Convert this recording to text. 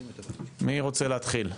מי רוצה להתחיל?